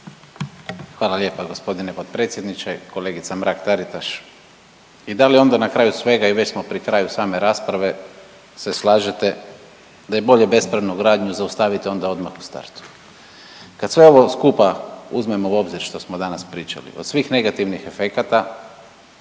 Hvala lijepa g. potpredsjedniče. Kolegica Mrak-Taritaš, i da li onda na kraju svega i već smo pri kraju same rasprave, se slažete da je bolje bespravnu gradnju zaustaviti onda odmah u startu? Kad sve ovo skupa uzmemo u obzir što smo danas pričali od svih negativnih efekata,